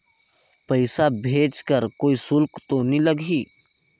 पइसा भेज कर कोई शुल्क तो नी लगही?